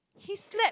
okay he he slept